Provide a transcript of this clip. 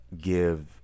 give